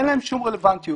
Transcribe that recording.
אין להן שום רלוונטיות.